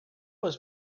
was